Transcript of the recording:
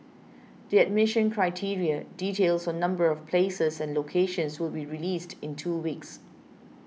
the admission criteria details on number of places and locations will be released in two weeks